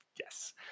yes